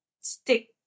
stick